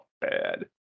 bad